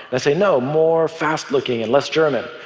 and i say, no, more fast-looking, and less german,